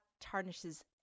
tarnishes